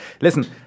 listen